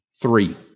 Three